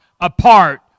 apart